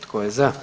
Tko je za?